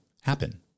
happen